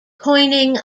coining